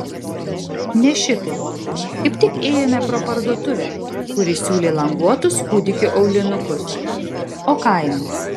ne šitai kaip tik ėjome pro parduotuvę kuri siūlė languotus kūdikių aulinukus o kaimą